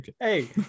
Hey